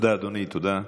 תודה רבה.